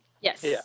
Yes